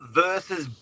versus